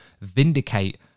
vindicate